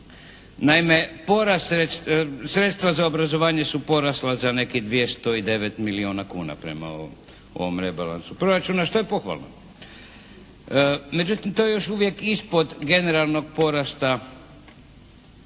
Naime, sredstva za obrazovanje su porasla za nekih 209 milijuna kuna prema ovom rebalansu proračuna što je pohvalno, međutim to je još uvijek ispod generalnog porasta